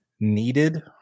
needed